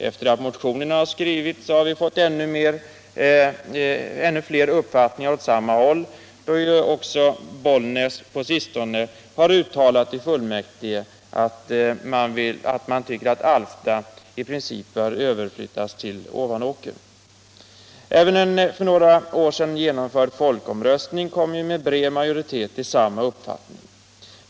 Efter det att motionerna skrivits har vi fått ännu ett uttryck för denna uppfattning, då ju också Bollnäs kommunfullmäktige på sistone har uttalat att man tycker att Alfta i princip bör överflyttas till Ovanåker. Även en för några år sedan genomförd folkomröstning kom med bred majoritet till samma uppfattning.